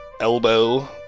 elbow